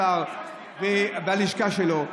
השר והלשכה שלו,